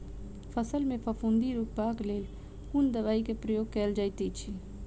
फसल मे फफूंदी रुकबाक लेल कुन दवाई केँ प्रयोग कैल जाइत अछि?